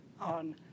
on